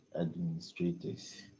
administrators